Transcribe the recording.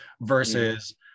versus